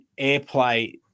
AirPlay